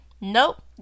Nope